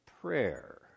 prayer